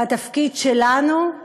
והתפקיד שלנו,